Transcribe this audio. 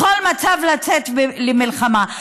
בכל מצב לצאת למלחמה.